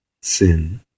sin